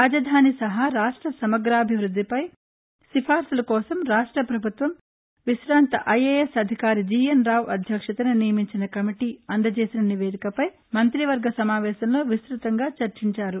రాజధాని సహా రాష్ట సమగ్రాభివృద్దిపై సిఫారసుల కోసం రాష్ట పభుత్వం వికాంత ఐఏఎస్ అధికారి జీఎస్ రావు అధ్యక్షతన నియమించిన కమిటీ అందజేసిన నివేదికపై మంత్రివర్గ సమావేశంలో విస్తుతంగా చర్చించారు